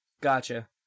Gotcha